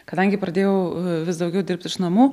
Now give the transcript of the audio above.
kadangi pradėjau vis daugiau dirbt iš namų